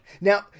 Now